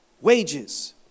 wages